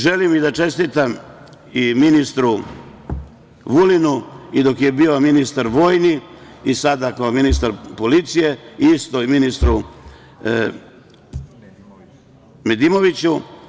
Želim da čestitam ministru Vulinu i dok je bio ministar vojni i sada kao ministar policije, isto i ministru Nedimoviću.